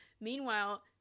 Meanwhile